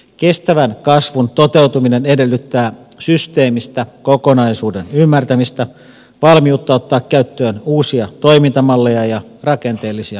kestävän kasvun toteutuminen edellyttää systeemistä kokonaisuuden ymmärtämistä valmiutta ottaa käyttöön uusia toimintamalleja ja rakenteellisia uudistuksia